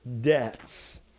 debts